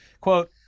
Quote